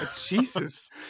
Jesus